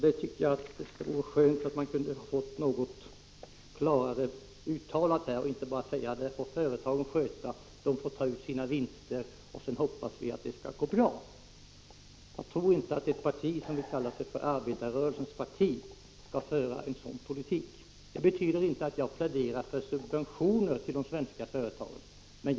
Det hade varit skönt om man kunde ha fått ett något klarare uttalande — inte bara några ord om att detta får företagen sköta, de får ta ut sina vinster och sedan hoppas vi att det skall gå bra. Jag tror inte att ett parti som vill kalla sig för arbetarrörelsens parti skall föra en sådan politik. Det betyder inte att jag pläderar för subventioner till de svenska företagen.